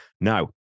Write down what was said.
Now